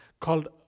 called